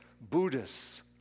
Buddhists